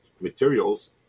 materials